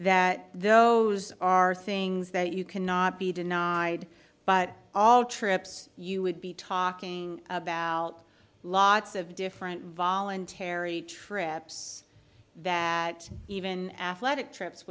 that those are things that you cannot be denied but all trips you would be talking about lots of different voluntary trips that even athletic trips